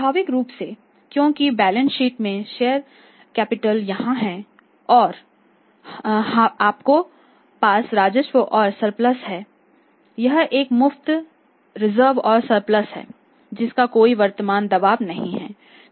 स्वाभाविक रूप से क्योंकि बैलेंस शीट में शेयर कैपिटल यहां है तो आपके पास रिजर्व और सरप्लस है यह एक मुफ्त रिजर्व और सरप्लस है जिसका कोई वर्तमान दावा नहीं है